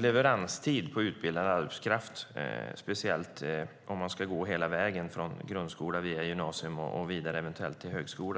Leveranstiden avseende utbildad arbetskraft är väldigt lång, speciellt om man ska gå hela vägen från grundskola, via gymnasium och eventuellt vidare till högskola.